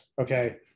okay